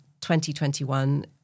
2021